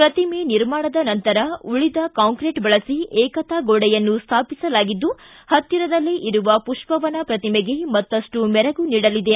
ಪ್ರತಿಮೆ ನಿರ್ಮಾಣದ ನಂತರ ಉಳಿದ ಕಾಂಕ್ರೀಟ್ ಬಳಸಿ ಏಕತಾ ಗೋಡೆಯನ್ನು ಸ್ಥಾಪಿಸಲಾಗಿದ್ದು ಹತ್ತಿರದಲ್ಲೇ ಪುಷ್ಪವನ ಪ್ರತಿಮೆಗೆ ಮತ್ತಷ್ಟು ಮೆರುಗು ನೀಡಲಿದೆ